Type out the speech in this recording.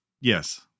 Yes